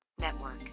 Network